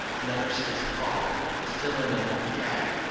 another says, father. still another, daddy.